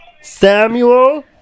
Samuel